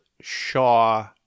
Shaw